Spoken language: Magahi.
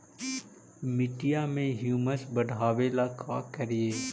मिट्टियां में ह्यूमस बढ़ाबेला का करिए?